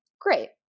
Great